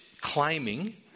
claiming